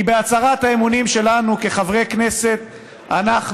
כי בהצהרת האמונים שלנו כחברי כנסת אנחנו